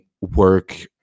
work